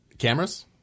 cameras